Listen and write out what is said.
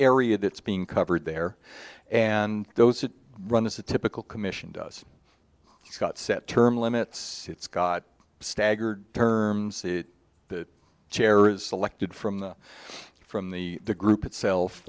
area that's being covered there and those that run this a typical commission does scott set term limits it's got staggered terms that the chair is selected from the from the group itself